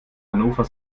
hannover